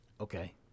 Okay